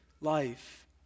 life